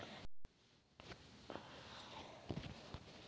ತೆರಿಗೆ ಕ್ಷಮಾದಾನ ಸಾಮಾನ್ಯವಾಗಿ ತೆರಿಗೆದಾರರ ತೆರಿಗೆ ಹೊಣೆಗಾರಿಕೆಯನ್ನ ಮನ್ನಾ ಮಾಡತದ